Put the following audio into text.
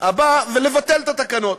הבא ולבטל את התקנות.